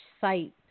site